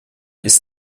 ist